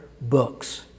books